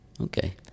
Okay